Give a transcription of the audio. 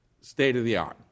state-of-the-art